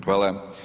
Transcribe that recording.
Hvala.